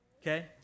Okay